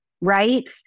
right